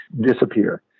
disappear